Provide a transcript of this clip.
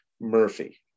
Murphy